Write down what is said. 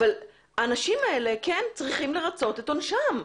אבל האנשים האלה כן צריכים לרצות את עונשם.